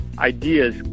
ideas